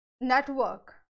network